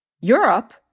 Europe